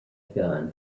gunn